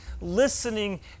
listening